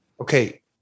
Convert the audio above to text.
okay